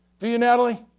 do you natalie?